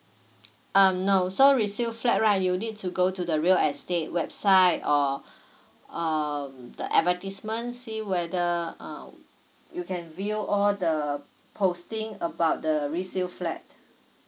um no so resale flat right you need to go to the real estate website or um the advertisement see whether um you can view all the posting about the resale flat